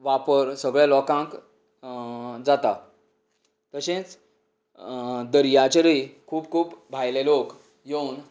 वापर सगळ्या लोकांक जाता तशेंच दर्याचेरय खूब खूब भायले लोक येवन